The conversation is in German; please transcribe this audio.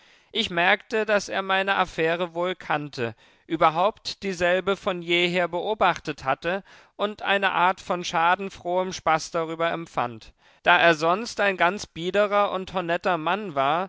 ich merkte daß er meine affäre wohl kannte überhaupt dieselbe von jeher beobachtet hatte und eine art von schadenfrohem spaß darüber empfand da er sonst ein ganz biederer und honetter mann war